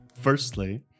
firstly